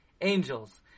angels